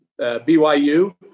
BYU